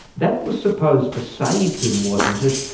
that was supposed to save him, wasn't it,